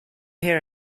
here